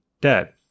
dead